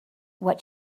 what